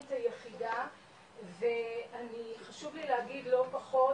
את היחידה ואני חשוב לי להגיד לא פחות,